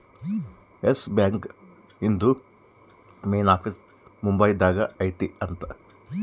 S Bank ಇಂದು main office Mumbai ದಾಗ ಐತಿ ಅಂತ